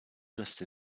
dressed